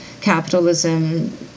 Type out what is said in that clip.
capitalism